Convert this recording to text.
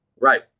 Right